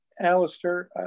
Alistair